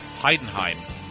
Heidenheim